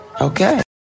okay